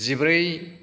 जिब्रै